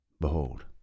Behold